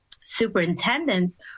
superintendents